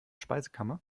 speisekammer